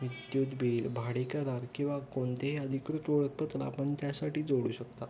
विद्युत बिल भाडे करार किंवा कोणतेही अधिकृत ओळख पत्र आपण त्यासाठी जोडू शकता